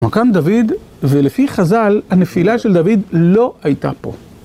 מקם דוד, ולפי חזל, הנפילה של דוד לא הייתה פה.